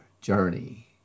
journey